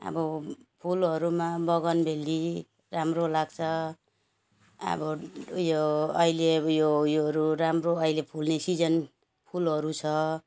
अब फुलहरूमा बगनबेली राम्रो लाग्छ अब ऊ यो अहिले अब यो योहरू राम्रो अहिले फुल्ने सिजन फुलहरू छ